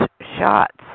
shots